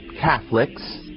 Catholics